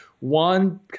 one